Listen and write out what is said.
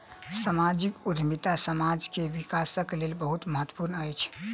सामाजिक उद्यमिता समाज के विकासक लेल बहुत महत्वपूर्ण अछि